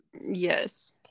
Yes